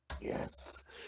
Yes